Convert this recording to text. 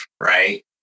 right